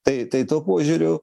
tai tai tuo požiūriu